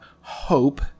hope